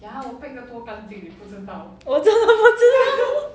我真的不知道